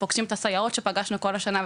ופוגשים את הסייעות שפגשנו כל השנה,